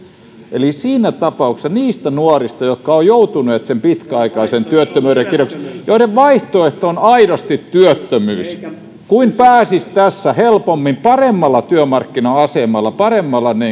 eli siinä tapauksessa niistä nuorista jotka ovat joutuneet pitkäaikaisen työttömyyden kierteeseen joiden vaihtoehto on aidosti työttömyys kun pääsisi tässä helpommin paremmalla työmarkkina asemalla paremmalla